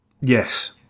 Yes